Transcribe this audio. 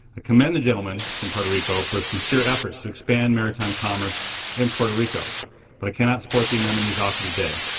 ah commend the gentleman from puerto rico for his sincere efforts to expand maritime commerce in puerto rico but cannot support the amendment he's offered today.